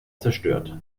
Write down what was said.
zerstört